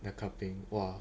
the cupping !wah!